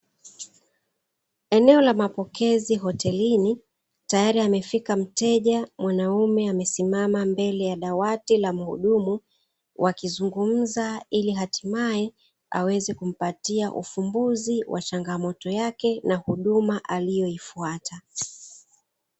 Eneo la mapokezi hotelini tayari amefika mteja mwanaume amesimama mbele ya dawati la muhudumu, wakizungumza ili hatimaye aweze kumpatia ufumbuzi wa changamoto yake, na huduma aliyoifuata.